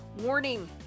Warning